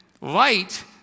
light